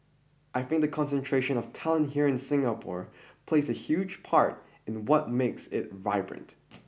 I think the concentration of talent here in Singapore plays a huge part in the what makes it vibrant